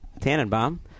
Tannenbaum